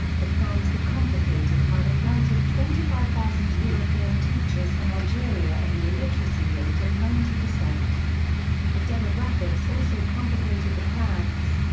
the plans were complicated by the flight of twenty five thousand european teachers from algeria and the illiteracy rate of ninety. the demographics also complicated the plans.